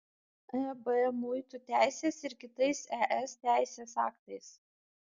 eb muitų teisės ir kitais es teisės aktais